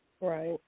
Right